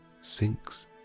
sinks